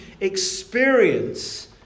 experience